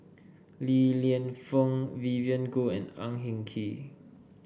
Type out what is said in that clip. Li Lienfung Vivien Goh and Ang Hin Kee